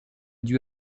due